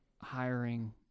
hiring